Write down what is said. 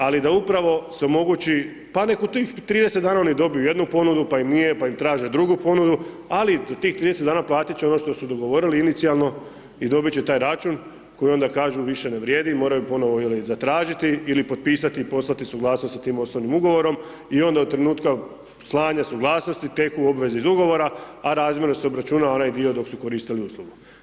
Ali, da upravo se omogući, pa nek u tih 30 dana oni dobiju jednu ponudu, pa nije, pa im traže drugu ponudu, ali tih 30 dana platit će ono što su dogovorili inicijalno i dobit će taj račun, koji onda kažu više ne vrijedi, moraju ponovno ili zatražiti ili potpisati i poslati suglasnost sa tim osnovnim ugovorom i onda od trenutka slanja suglasnosti teku obveze iz ugovora a razmjerno se obračunava onaj dio dok su koristili uslugu.